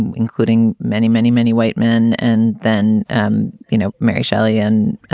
and including many, many, many white men. and then, and you know, mary shelley and,